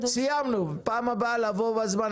סיימנו, פטין, בפעם הבאה לבוא בזמן.